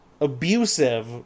Abusive